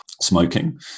smoking